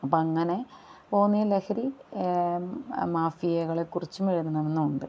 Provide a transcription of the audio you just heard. അപ്പം അങ്ങനെ പോകുന്ന ഈ ലഹരി മാഫിയകളെക്കുറിച്ചും എഴുതണമെന്നുണ്ട്